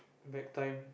back time